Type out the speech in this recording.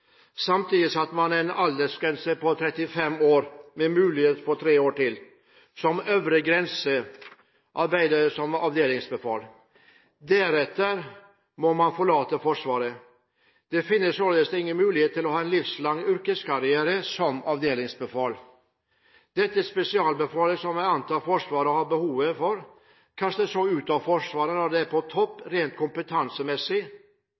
Samtidig satte man en aldersgrense på 35 år med mulighet for tre år til – som øvre grense for avdelingsbefal. Deretter må man forlate Forsvaret. Det finnes således ingen mulighet til å ha en livslang yrkeskarriere som avdelingsbefal. Dette spesialbefalet, som jeg antar Forsvaret har behov for, kastes så ut av Forsvaret når det er på